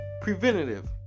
preventative